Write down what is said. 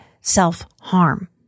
self-harm